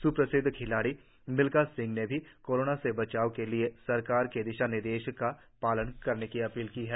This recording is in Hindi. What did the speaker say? स्प्रसिद्ध खिलाडी मिल्खा सिंह ने भी कोरोना से बचाव के लिए सरकार के दिशा निर्देशों का पालन करने की अपील की है